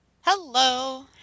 Hello